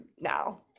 now